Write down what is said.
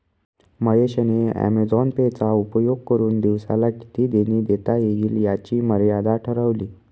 महेश ने Amazon Pay चा उपयोग करुन दिवसाला किती देणी देता येईल याची मर्यादा ठरवली